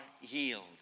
healed